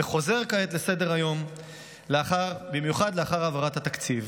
וחוזר כעת לסדר-היום במיוחד לאחר העברת התקציב.